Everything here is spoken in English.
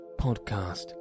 podcast